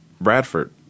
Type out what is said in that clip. Bradford